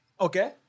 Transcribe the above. Okay